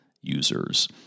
users